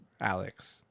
Alex